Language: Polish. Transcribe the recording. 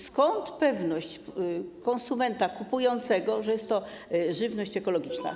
Skąd pewność konsumenta kupującego, że jest to żywność ekologiczna?